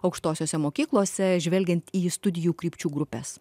aukštosiose mokyklose žvelgiant į studijų krypčių grupes